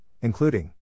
including